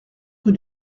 rue